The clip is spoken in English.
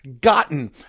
gotten